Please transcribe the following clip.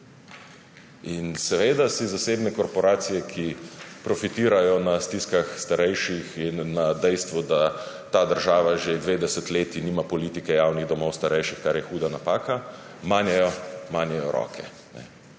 In seveda si zasebne korporacije, ki profitirajo na stiskah starejših in na dejstvu, da ta država že dve desetletji nima politike javnih domov starejših, kar je huda napaka, manejo roke.